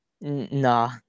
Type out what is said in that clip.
Nah